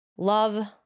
love